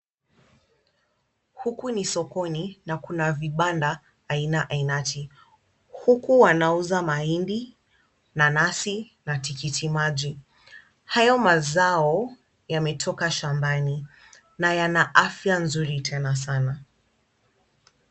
Huku ni sokoni na kuna vibanda aina ainati, huku wanauza mahindi, nanasi na tikiti maji. Hayo mazao yametoka shambani na yana afya nzuri tena sana.